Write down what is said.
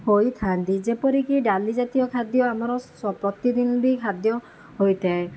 ହୋଇଥାନ୍ତି ଯେପରିକି ଡାଲି ଜାତୀୟ ଖାଦ୍ୟ ଆମର ପ୍ରତିଦିନ ବି ଖାଦ୍ୟ ହୋଇଥାଏ